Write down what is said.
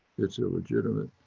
it's illegitimate,